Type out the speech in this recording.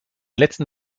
letzten